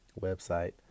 website